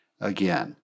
again